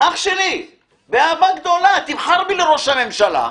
אח שלי, באהבה גדולה, תבחר בי לראש הממשלה,